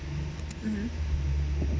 mmhmm